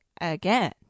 again